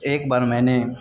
ایک بار میں نے